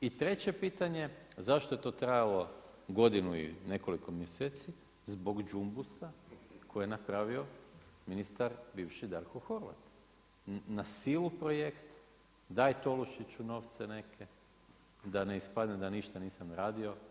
I treće pitanje, zašto je to trajalo godinu i nekoliko mjeseci, zbog đumbusa koji je napravio ministar bivši Darko Horvat, na silu projekt, daj Tolušiću novce neke, da ne ispadne da ništa nisam radio.